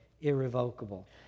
irrevocable